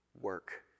work